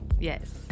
Yes